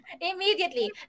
Immediately